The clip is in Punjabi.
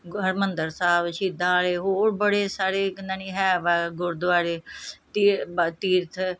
ਹਰਿਮੰਦਰ ਸਾਹਿਬ ਸ਼ਹੀਦਾਂ ਵਾਲੇ ਹੋਰ ਬੜੇ ਸਾਰੇ ਕਿੰਨਾ ਨਹੀਂ ਹੈ ਵਾ ਗੁਰਦੁਆਰੇ ਤੀ ਬ ਤੀਰਥ